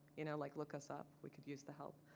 you know like look us up, we could use the help.